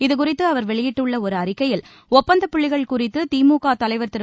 இதுகுறித்து அவர் வெளியிட்டுள்ள ஒரு அறிக்கையில் ஒப்பந்தப் புள்ளிகள் குறித்து திமுக தலைவர் திரு